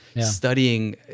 studying